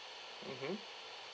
mmhmm